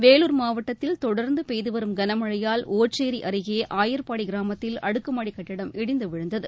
வேலூர் மாவட்டத்தில் தொடர்ந்து பெய்துவரும் கனமழையால் ஒச்சேரி அருகே ஆயர்பாடி கிராமத்தில் அடுக்குமாடி கட்டிடம் இடிந்து விழுந்தது